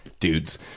dudes